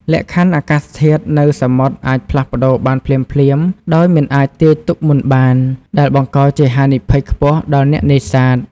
លក្ខខណ្ឌអាកាសធាតុនៅសមុទ្រអាចផ្លាស់ប្តូរបានភ្លាមៗដោយមិនអាចទាយទុកមុនបាន ដែលបង្កជាហានិភ័យខ្ពស់ដល់អ្នកនេសាទ។